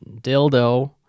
dildo